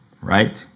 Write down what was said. right